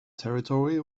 territory